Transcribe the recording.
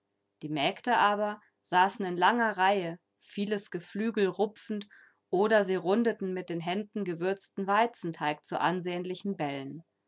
die mägde aber saßen in langer reihe vieles geflügel rupfend oder sie rundeten mit den händen gewürzten weizenteig zu ansehnlichen bällen